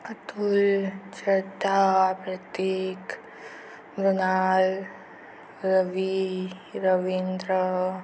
Atul Cheta Prateek Mrinal Ravi Ravindra